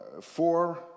four